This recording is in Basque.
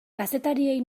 kazetariei